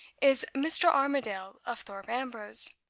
is mr. armadale of thorpe ambrose.